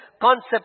concept